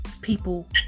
people